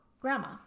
grandma